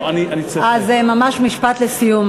לא, אני צריך, אז ממש משפט לסיום.